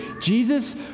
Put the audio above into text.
Jesus